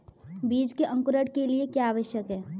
बीज के अंकुरण के लिए क्या आवश्यक है?